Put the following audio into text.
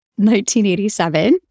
1987